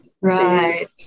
Right